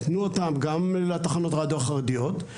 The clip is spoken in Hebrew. תנו אותם גם לתחנות רדיו החרדיות,